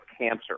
cancer